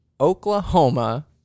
Oklahoma